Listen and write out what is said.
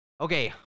Okay